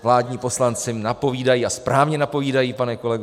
Vládní poslanci napovídají, a správně napovídají, pane kolego.